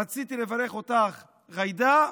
רציתי לברך אותך, ג'ידא,